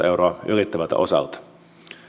euroa ylittävältä osalta